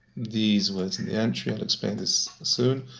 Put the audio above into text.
these words in the entry i'll explain this soon,